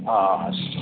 अँ